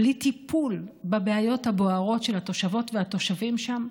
בלי טיפול בבעיות הבוערות של התושבות והתושבים שם,